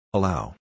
Allow